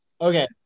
Okay